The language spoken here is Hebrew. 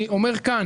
אני אומר כאן,